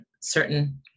certain